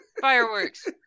Fireworks